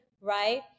right